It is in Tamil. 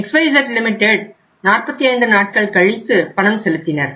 XYZ லிமிட்டட் 45 நாட்கள் கழித்து பணம் செலுத்தினர்